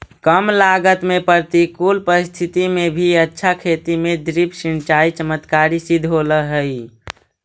कम लागत में प्रतिकूल परिस्थिति में भी अच्छा खेती में ड्रिप सिंचाई चमत्कारी सिद्ध होल हइ